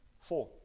four